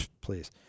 Please